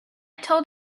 told